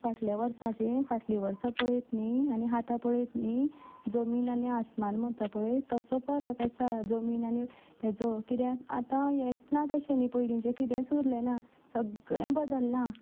फाटले वर्साचे फाटलीं वर्सां पळयत न्ही आनी आतां पळयत न्ही जमीन आनी आसमान म्हणटा पळय तसो फरक आसा जमीन आनी हेचो कित्याक आतां हेंच ना तशें न्ही पयलींचें कितेंच उरलें ना सगळें बदल्लां